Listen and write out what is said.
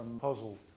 puzzle